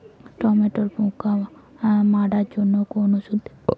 টমেটোর পোকা মারার জন্য কোন ওষুধ দেব?